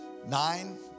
Nine